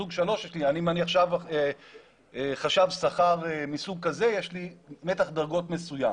אם אני עכשיו חשב שכר מסוג כזה יש לי מתח דרגות מסוים